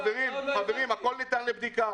חברים, הכול ניתן לבדיקה.